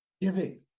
giving